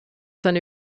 seine